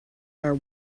are